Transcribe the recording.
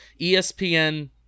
ESPN